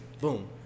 boom